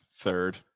third